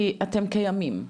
כי אתם קיימים.